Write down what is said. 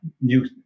new